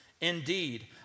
Indeed